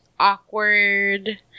awkward